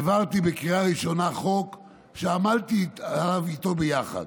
העברתי בקריאה ראשונה חוק שעמלתי עליו איתו ביחד.